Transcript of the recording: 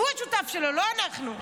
הוא השותף שלו, לא אנחנו.